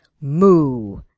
Moo